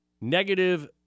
negative